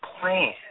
plan